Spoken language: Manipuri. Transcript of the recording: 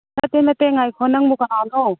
ꯅꯠꯇꯦ ꯅꯠꯇꯦ ꯉꯥꯏꯈꯣ ꯅꯪꯕꯨ ꯀꯅꯥꯅꯣ